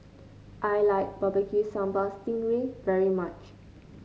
I like Barbecue Sambal Sting Ray very much